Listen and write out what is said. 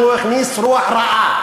שהוא הכניס רוח רעה,